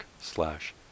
slash